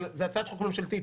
אבל זו הצעת חוק ממשלתית,